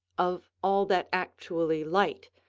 of all that actually light.